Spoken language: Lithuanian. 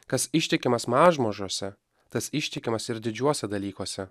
kas ištikimas mažmožuose tas ištikimas ir didžiuose dalykuose